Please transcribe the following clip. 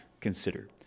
consider